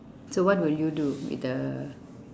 so what will you do with the